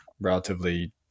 relatively